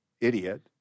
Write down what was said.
idiot